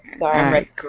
Sorry